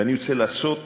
ואני רוצה לעשות